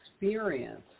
Experience